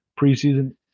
preseason